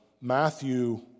Matthew